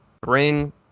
bring